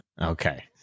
Okay